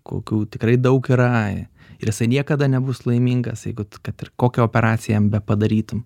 kokių tikrai daug yra ir jisai niekada nebus laimingas jeigu kad ir kokią operaciją jam bepadarytum